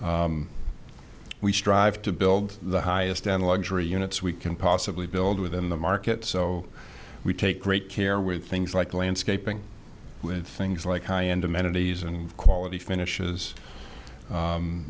we strive to build the highest end luxury units we can possibly build within the market so we take great care with things like landscaping and things like high end amenities and quality finishes